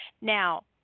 now